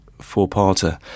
four-parter